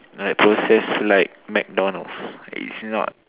like processed like McDonald's it's not